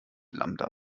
lambda